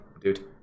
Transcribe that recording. dude